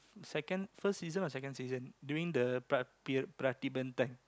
second first season or second season during the pri~ pri~ Prativedan